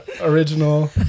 original